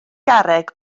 garreg